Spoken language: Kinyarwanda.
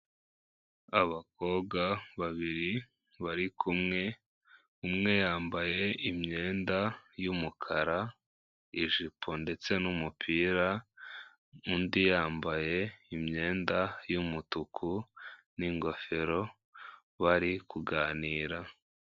Abakobwa babiri bari kumwe, umwe yambaye imyenda y'umukara ijipo ndetse n'umupira, undi yambaye imyenda y'umutuku n'ingofero bari kuganira.